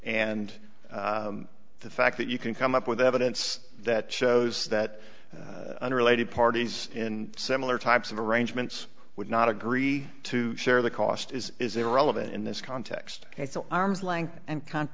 and the fact that you can come up with evidence that shows that unrelated parties in similar types of arrangements would not agree to share the cost is is irrelevant in this context it's an arm's length and c